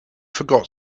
forgot